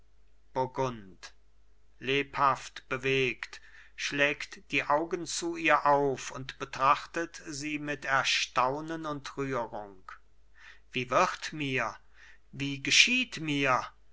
lebhaft bewegt schlägt die augen zu ihr auf und betrachtet sie mit erstaunen und rührung wie wird mir wie geschieht mir